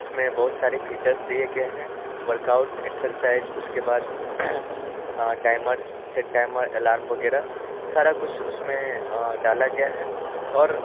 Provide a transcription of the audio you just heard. उसमें बहुत सारे फीचर्स दिए गए हैं वर्कआउट एक्सरसाइज उसके बाद टाइमर सेट टाइमर अलार्म वगैरह सारा कुछ उसमें डाला गया है और